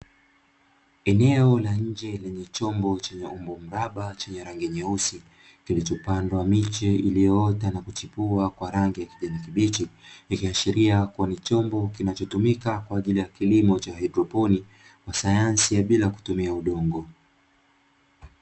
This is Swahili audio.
Eneo la nje lenye chombo chenye umbo mraba chenye rangi nyeusi, kilichopandwa miche iliyoota na kuchipua ya kijani kibichi, ikiashiria kubwa ni chombo kinachotumika katika kilimo cha haidroponi kwa sayansi ya bila kutumia udongo.